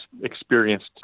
experienced